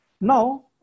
Now